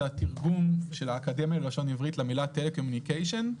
היא תרגום של האקדמיה ללשון עברית למילה telecommunication .